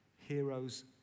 heroes